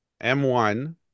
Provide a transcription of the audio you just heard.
M1